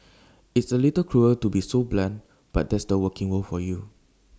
it's A little cruel to be so blunt but that's the working world for you